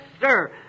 sir